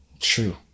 True